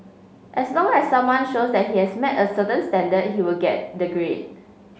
as long as someone shows that he has met a certain standard he will get the grade